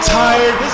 tired